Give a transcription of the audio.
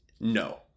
no